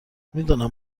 میدانم